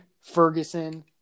Ferguson